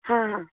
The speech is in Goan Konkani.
हां हां